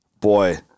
Boy